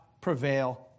prevail